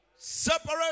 Separate